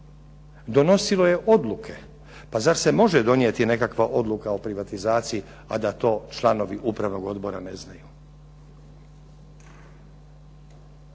Donosilo je odluke. Pa zar se može donijeti neka odluka o privatizaciji a da to članovi upravnog odbora ne znaju?